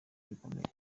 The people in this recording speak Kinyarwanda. ibikomere